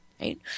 right